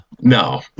No